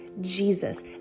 Jesus